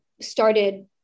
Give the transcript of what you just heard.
started